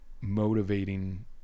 motivating